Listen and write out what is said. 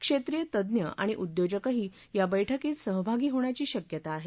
क्षेत्रीय तज्ज्ञ आणि उद्योजकही या बैठकीत सहभागी होण्याची शक्यता आहे